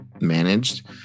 managed